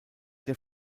der